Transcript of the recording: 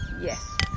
Yes